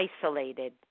isolated